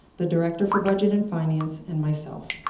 the director for budget and finance, and myself.